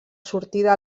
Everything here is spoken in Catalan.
sortida